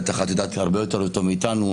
בטח את יודעת הרבה יותר טוב מאיתנו.